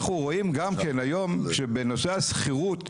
אנחנו רואים גם כן היום שבנושא השכירות,